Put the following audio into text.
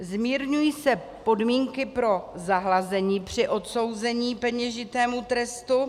Zmírňují se podmínky pro zahlazení při odsouzení k peněžitému trestu.